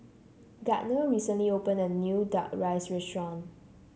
Gardner recently opened a new Duck Rice Restaurant